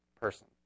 person